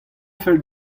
fell